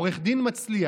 עורך דין מצליח,